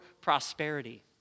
prosperity